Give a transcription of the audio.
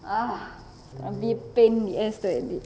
ah a bit pain in the ass